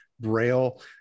braille